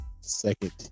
second